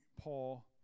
Paul